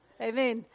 amen